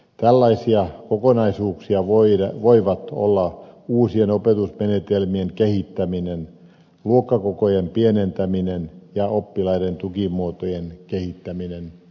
tällaisia kokonaisuuksia voivat olla uusien opetusmenetelmien kehittäminen luokkakokojen pienentäminen ja oppilaiden tukimuotojen kehittäminen